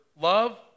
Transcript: love